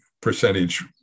percentage